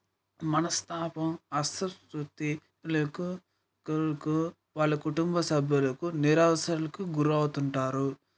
మనస్థాపం అస్వస్థతలకు వాళ్ళ కుటుంబ సభ్యులకు నిరాసకు గురి అవుతుంటారు